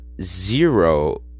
zero